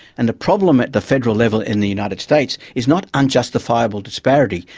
and the problem at the federal level in the united states is not unjustifiable disparity,